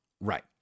Right